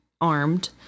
armed